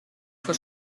for